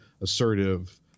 assertive